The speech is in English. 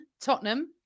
Tottenham